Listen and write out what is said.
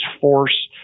force